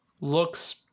looks